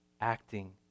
acting